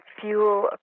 fuel